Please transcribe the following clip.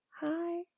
Hi